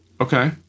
okay